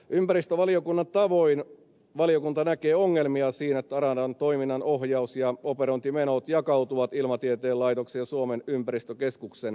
ympäristövaliokunnan tavoin valiokunta näkee ongelmia siinä että arandan toiminnanohjaus ja operointimenot jakautuvat ilmatieteen laitoksen ja suomen ympäristökeskuksen kesken